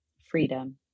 Freedom